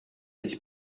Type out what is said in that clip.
эти